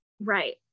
Right